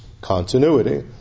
continuity